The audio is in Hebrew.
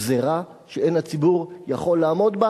גזירה שאין הציבור יכול לעמוד בה,